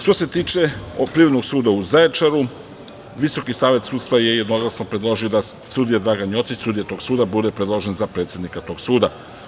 Što se tiče Privrednog suda u Zaječaru, Visoki savet sudstva je jednoglasno predložio da sudija Dragan Jocić, sudija tog suda, bude predložen za predsednika tog suda.